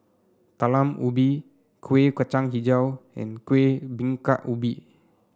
Talam Ubi Kuih Kacang hijau and Kuih Bingka Ubi